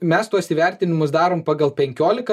mes tuos įvertinimus darom pagal penkiolika